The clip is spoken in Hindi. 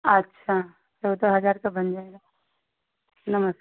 अच्छा चौदह हज़ार का बन जाएगा नमस्कार